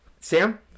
Sam